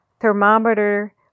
thermometer